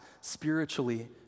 spiritually